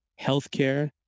healthcare